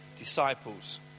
Disciples